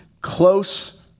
close